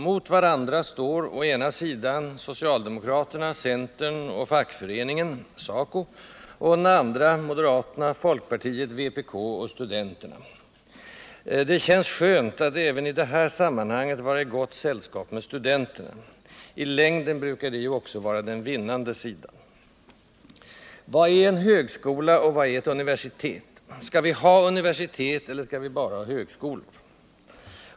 Mot varandra står å ena sidan socialdemokraterna, centern och fackföreningen och å den andra moderaterna, folkpartiet, vpk och studenterna. Det känns skönt att även i det här sammanhanget vara i gott sällskap med studenterna; i längden brukar det ju också vara den vinnande sidan. Vad är en högskola och vad är ett universitet? Skall vi ha universitet eller skall vi bara ha högskolor?